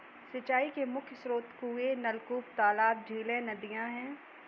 सिंचाई के मुख्य स्रोत कुएँ, नलकूप, तालाब, झीलें, नदियाँ हैं